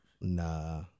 Nah